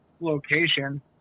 location